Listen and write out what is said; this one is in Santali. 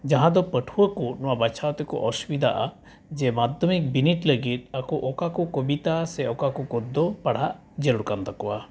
ᱡᱟᱦᱟᱸᱫᱚ ᱯᱟᱹᱴᱷᱩᱣᱟᱹᱠᱚ ᱱᱚᱣᱟ ᱵᱟᱪᱷᱟᱣ ᱛᱮᱠᱚ ᱚᱥᱩᱵᱤᱫᱷᱟᱜᱼᱟ ᱡᱮ ᱢᱟᱫᱽᱫᱷᱚᱢᱤᱠ ᱵᱤᱱᱤᱰ ᱞᱟᱹᱜᱤᱫ ᱟᱠᱚ ᱚᱠᱟᱠᱚ ᱠᱚᱵᱤᱛᱟ ᱥᱮ ᱚᱠᱟᱠᱚ ᱜᱚᱫᱽᱫᱚ ᱯᱟᱲᱦᱟᱜ ᱡᱟᱹᱨᱩᱲ ᱠᱟᱱᱛᱟᱠᱚᱣᱟ